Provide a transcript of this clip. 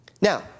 Now